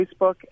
Facebook